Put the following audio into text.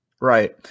Right